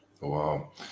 Wow